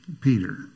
Peter